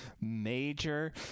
major